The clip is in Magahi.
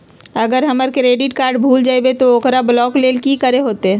अगर हमर क्रेडिट कार्ड भूल जइबे तो ओकरा ब्लॉक लें कि करे होते?